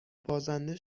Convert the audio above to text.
بازنده